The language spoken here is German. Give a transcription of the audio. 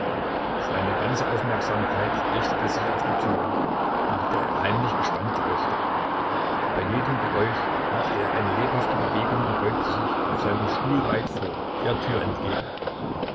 seine ganze aufmerksamkeit richtete sich auf die tür nach der er heimlich gespannt lauschte bei jedem geräusch machte er eine lebhafte bewegung und beugte sich auf seinem stuhl weit vor der tür entgegen